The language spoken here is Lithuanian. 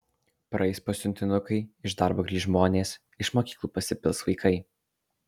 praeis pasiuntinukai iš darbo grįš žmonės iš mokyklų pasipils vaikai